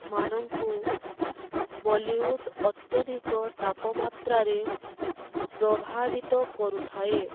ମାନଙ୍କୁ ବଲିଉଡ଼ ଅତ୍ୟଧିକ ତାପମାତ୍ରାରେ ପ୍ରଭାବିତ କରୁଥାଏ